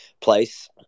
place